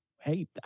Hey